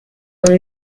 con